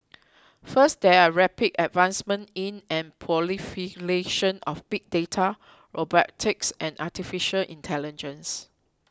first there are rapid advancements in and proliferation of big data robotics and Artificial Intelligence